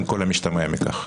עם כל המשתמע מכך.